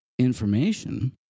information